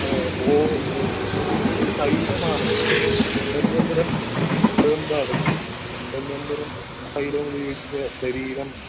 ओ ओ किञ्चित् तैलमावश्यकं धन्वन्तरं आवश्यकं धन्वन्तरतैलम् उपयुज्य शरीरं